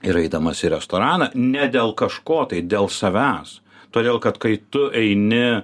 ir eidamas į restoraną ne dėl kažko tai dėl savęs todėl kad kai tu eini